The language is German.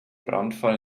brandfall